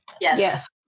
yes